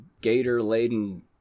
gator-laden